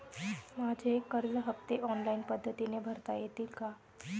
माझे कर्ज हफ्ते ऑनलाईन पद्धतीने भरता येतील का?